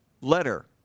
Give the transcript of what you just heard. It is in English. letter